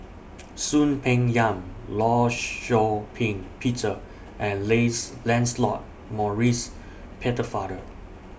Soon Peng Yam law Shau Ping Peter and Lace Lancelot Maurice